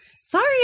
Sorry